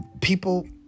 people